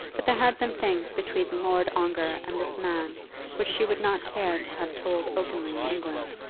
but there had been things between lord ongar and this man which she would not care to have told openly in england.